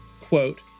Quote